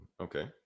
Okay